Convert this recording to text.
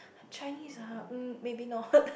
Chinese ah mm maybe not